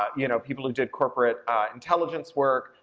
you know, people who did corporate intelligence work,